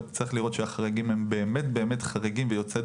צריך לראות שהחריגים הם באמת חריגים ויוצאי